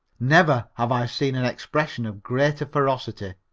never have i seen an expression of greater ferocity.